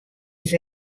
ris